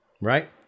right